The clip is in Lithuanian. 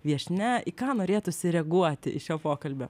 viešnia į ką norėtųsi reaguoti iš šio pokalbio